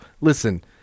Listen